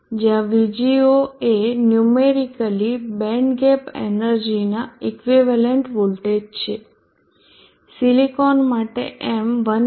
જ્યાં VGO એ numerically band gap એનર્જીના ઇક્વિવેલન્ટ વોલ્ટેજ છે સિલીકોન માટે m 1